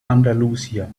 andalusia